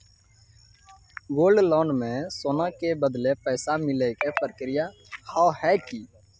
Gold loan मे सोना के बदले पैसा मिले के प्रक्रिया हाव है की?